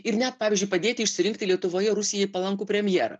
ir net pavyzdžiui padėti išsirinkti lietuvoje rusijai palankų premjerą